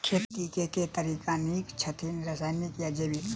खेती केँ के तरीका नीक छथि, रासायनिक या जैविक?